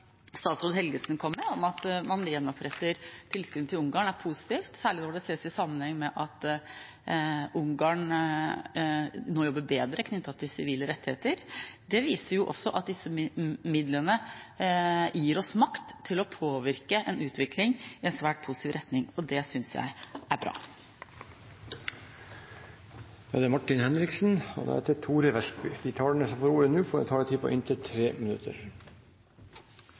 statsråd Helgesen kom med, om at man gjenoppretter tilskuddet til Ungarn, er positiv, særlig når det ses i sammenheng med at Ungarn nå jobber bedre med tanke på sivile rettigheter. Det viser at disse midlene gir oss makt til å påvirke en utvikling i en svært positiv retning, og det synes jeg er bra. De talere som heretter får ordet, har en taletid på inntil 3 minutter. Norge var tidlig ute med en